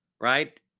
Right